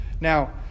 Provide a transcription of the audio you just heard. Now